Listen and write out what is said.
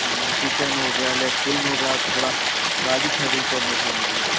हाँ किचन हो गया लैट्रिग हो गया और थोड़ा गाड़ी खड़ी करने के लिए